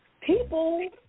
people